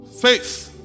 faith